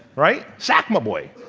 right sackboy